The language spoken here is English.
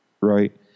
right